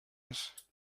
gas